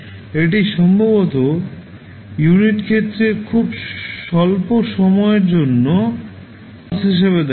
এটি সম্ভবত ইউনিট ক্ষেত্রের খুব স্বল্প সময়ের জন্য পালস হিসাবে দেখা যায়